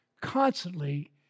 constantly